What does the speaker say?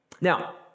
Now